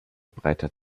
breiter